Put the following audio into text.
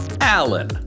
Alan